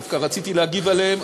דווקא רציתי להגיב עליהן,